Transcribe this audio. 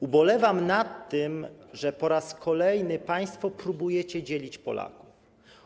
Ubolewam nad tym, że po raz kolejny państwo próbujecie dzielić Polaków.